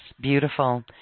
beautiful